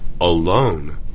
alone